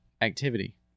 activity